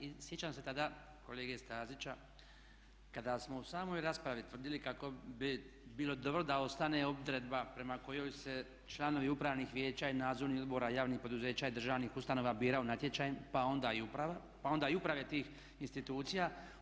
I sjećam se tada kolege Stazića kada smo u samoj raspravi tvrdili kako bi bilo dobro da ostane odredba prema kojoj se članovi upravnih vijeća i nadzornih odbora javnih poduzeća i državnih ustanova biraju natječajem pa onda i uprava, pa onda i uprave tih institucija.